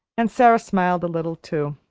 and sara smiled a little too.